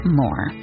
more